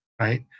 right